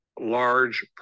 large